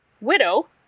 widow